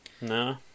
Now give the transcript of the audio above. No